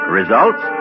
Results